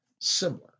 similar